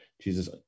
Jesus